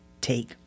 take